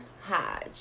Hodge